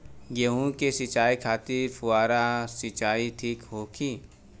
गेहूँ के सिंचाई खातिर फुहारा सिंचाई ठीक होखि?